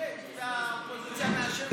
--- הולכת והאופוזיציה מאשרת את זה.